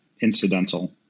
incidental